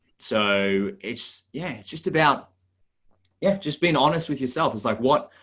so it's yeah, it's just about you have just been honest with yourself. it's like what,